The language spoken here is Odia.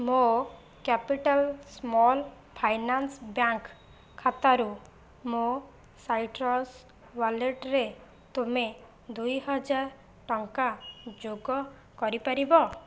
ମୋ କ୍ୟାପିଟାଲ୍ ସ୍ମଲ୍ ଫାଇନାନ୍ସ ବ୍ୟାଙ୍କ ଖାତାରୁ ମୋ ସାଇଟ୍ରସ୍ ୱାଲେଟ୍ରେ ତୁମେ ଦୁଇହଜାର ଟଙ୍କା ଯୋଗ କରିପାରିବ